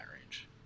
range